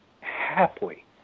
happily